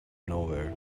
nowhere